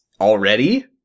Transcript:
already